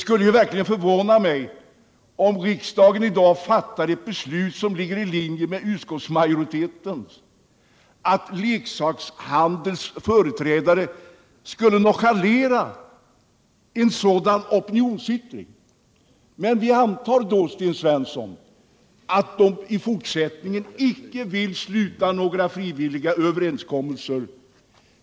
Om riksdagen fattar beslut enligt utskottsmajoritetens förslag, skulle det förvåna mig om leksakshandelns företrädare än en gång kommer att nonchalera en sådan opinionsyttring. Men vi antar, Sten Svensson, att de även i fortsättningen icke vill sluta några frivilliga överenskommelser.